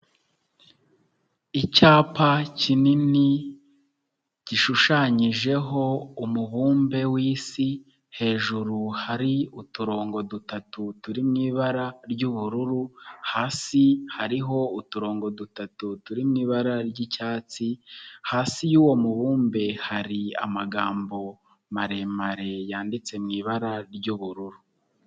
Icyapa kinini gishushanyijeho umubumbe w'isi hejuru hari uturongo dutatu turi mu ibara ry'ubururu, hasi hariho uturongo dutatu turi mu ibara ry'icyatsi hasi y'uwo mubumbe hari amagambo maremare yanditse mu ibara ry'ubururu.